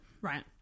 Right